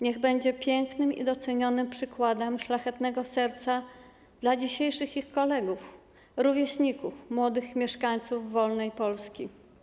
Niech będzie ono pięknym i docenionym przykładem szlachetnego serca dla ich dzisiejszych kolegów, rówieśników, młodych mieszkańców wolnej Polski.